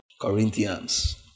corinthians